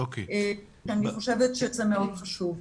אני חושבת שזה מאוד חשוב.